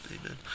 Amen